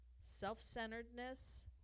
self-centeredness